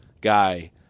guy